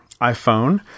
iPhone